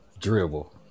Dribble